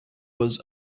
was